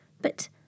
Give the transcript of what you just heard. But